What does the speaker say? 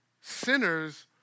sinners